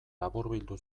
laburbildu